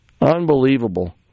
Unbelievable